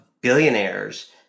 billionaires